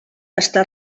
està